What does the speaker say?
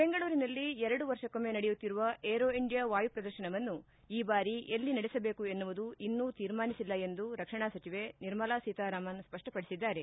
ಬೆಂಗಳೂರಿನಲ್ಲಿ ಎರಡು ವರ್ಷಕ್ಕೊಮ್ಮೆ ನಡೆಯುತ್ತಿರುವ ಏರೋ ಇಂಡಿಯಾ ವಾಯು ಪ್ರದರ್ಶನವನ್ನು ಈ ಬಾರಿ ಎಲ್ಲಿ ನಡೆಸಬೇಕು ಎನ್ನುವುದು ಇನ್ನೂ ತೀರ್ಮಾನಿಸಿಲ್ಲ ಎಂದು ರಕ್ಷಣಾ ಸಚಿವೆ ನಿರ್ಮಲಾ ಸೀತಾರಾಮನ್ ಸ್ಪಷ್ಟಪಡಿಸಿದ್ದಾರೆ